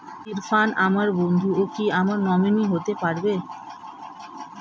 ইরফান আমার বন্ধু ও কি আমার নমিনি হতে পারবে?